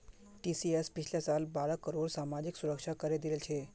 TCS पिछला साल बारह करोड़ सामाजिक सुरक्षा करे दिल छिले